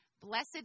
Blessed